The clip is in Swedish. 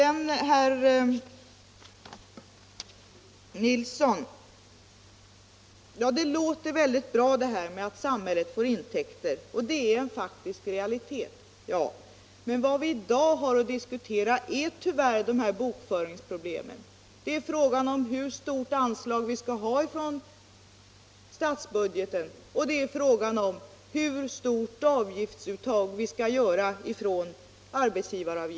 Till herr Nilsson i Tvärålund vill jag säga att det inte bara låter bra att tala om att samhället får intäkter genom detta, det är också en faktisk realitet. Men det vi i dag har att diskutera är dessa bokföringsproblem. Det är frågan om hur stort anslag vi skall ha från statsbudgeten och det är frågan om hur stort avgiftsuttag vi skall göra från arbetsgivarna.